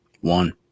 One